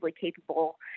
capable